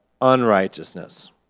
unrighteousness